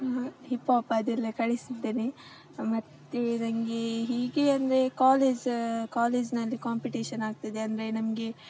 hip hop ಅದೆಲ್ಲ ಕಲಿಸಿದ್ದೇನೆ ಮತ್ತು ನನಗೆ ಹೀಗೆ ಅಂದರೆ ಕಾಲೇಜ್ ಕಾಲೇಜ್ನಲ್ಲಿ ಕಾಂಪಿಟೇಷನ್ ಆಗ್ತಿದೆ ಅಂದರೆ ನಮಗೆ